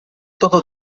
todo